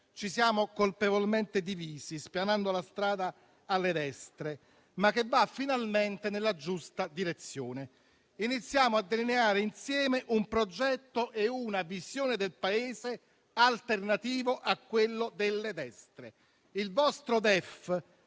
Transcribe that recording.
ci siamo colpevolmente divise, spianando la strada alle destre, ma che va finalmente nella giusta direzione. Iniziamo a delineare insieme un progetto e una visione del Paese alternativi a quelli delle destre. Il vostro DEF